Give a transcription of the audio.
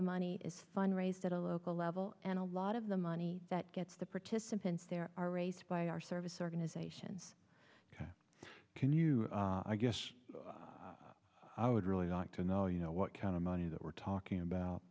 the money is fundraised at a local level and a lot of the money that gets to participate there are rates by our service organizations ok can you i guess i would really like to know you know what kind of money that we're talking about